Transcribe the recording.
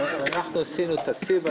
עשינו תקציב.